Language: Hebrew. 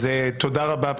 אז תודה רבה,